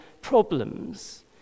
problems